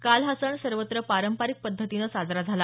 काल हा सण सर्वत्र पारंपरिक पद्धतीनं साजरा झाला